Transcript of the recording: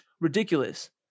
ridiculous